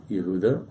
Yehuda